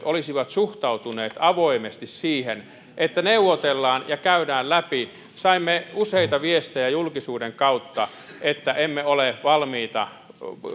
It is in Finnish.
olisivat suhtautuneet avoimesti siihen että neuvotellaan ja käydään läpi saimme useita viestejä julkisuuden kautta että emme ole valmiita